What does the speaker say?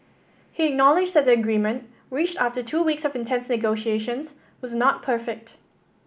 he acknowledged that the agreement reached after two weeks of intense negotiations was not perfect